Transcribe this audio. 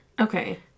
okay